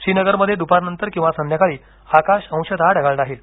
श्रीनगरमध्ये द्पारनंतर किंवा संध्याकाळी आकाश अंशतः ढगाळ राहील